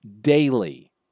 daily